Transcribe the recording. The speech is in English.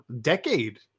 decade